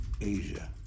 Asia